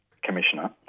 commissioner